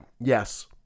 Yes